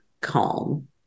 calm